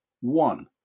one